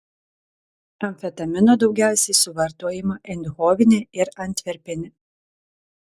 amfetamino daugiausiai suvartojama eindhovene ir antverpene